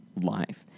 life